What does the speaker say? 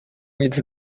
nic